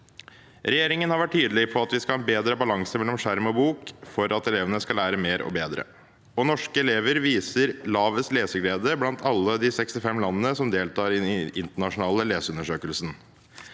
Regjeringen har vært tydelig på at vi skal ha en bedre balanse mellom skjerm og bok, for at elevene skal lære mer og bedre. Norske elever viser lavest leseglede blant alle de 65 landene som deltar i den internasjonale leseundersøkelsen.